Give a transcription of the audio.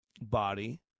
body